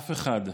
אף אחד,